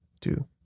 two